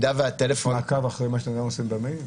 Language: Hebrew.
מעקב אתם עושים במייל?